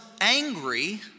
angry